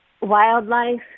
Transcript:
Wildlife